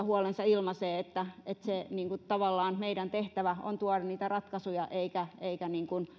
huolensa ilmaisevat sitä viestiä että tavallaan meidän tehtävämme on tuoda niitä ratkaisuja eikä eikä